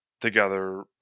together